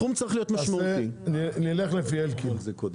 נלך לפי אלקין,